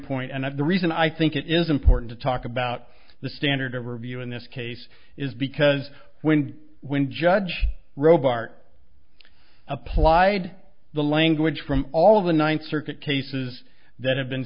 point and the reason i think it is important to talk about the standard of review in this case is because when when judge robe art applied the language from all of the ninth circuit cases that have been